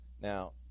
now